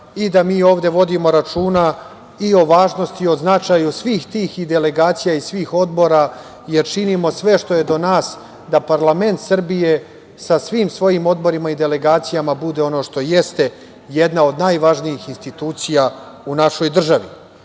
da mi ovde vodimo računa i o važnosti i o značaju svih tih delegacija i svih odbora, jer činimo sve što je do nas da parlament Srbije sa svim svojim odborima i delegacijama bude ono što jeste, jedna od najvažnijih institucija u našoj državi. Na